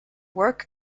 work